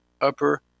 upper